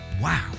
Wow